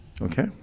Okay